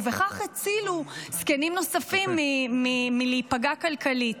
ובכך הצילו זקנים נוספים מלהיפגע כלכלית?